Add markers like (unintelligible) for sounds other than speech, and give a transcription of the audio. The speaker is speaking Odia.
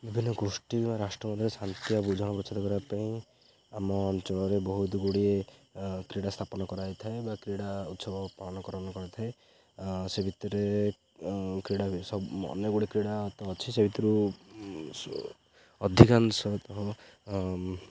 ବିଭିନ୍ନ ଗୋଷ୍ଠୀ ବା (unintelligible) କରିବା ପାଇଁ ଆମ ଅଞ୍ଚଳରେ ବହୁତଗୁଡ଼ିଏ କ୍ରୀଡ଼ା ସ୍ଥାପନ କରାଯାଇଥାଏ ବା କ୍ରୀଡ଼ା ଉତ୍ସବ ପାଳନକରଣ କରିଥାଏ ସେ ଭିତରେ କ୍ରୀଡ଼ା ଅନେକଗୁଡ଼ିଏ କ୍ରୀଡ଼ା ତ ଅଛି ସେ ଭିତରୁ ଅଧିକାଂଶତଃ